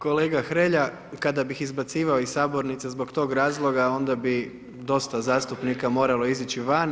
Kolega Hrelja, kada bih izbacivao iz sabornice zbog tog razloga onda bi dosta zastupnika moralo izići van.